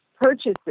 purchases